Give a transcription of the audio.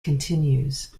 continues